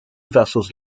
vessels